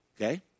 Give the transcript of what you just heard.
Okay